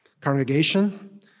congregation